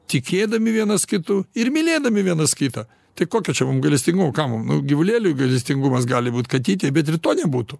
tikėdami vienas kitu ir mylėdami vienas kitą tai kokio čia mum gailestingumo kam mum nu gyvulėliui gailestingumas gali būt katytei bet ir to nebūtų